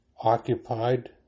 occupied